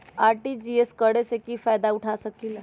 RTGS करे से की फायदा उठा सकीला?